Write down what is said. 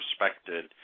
respected